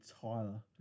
Tyler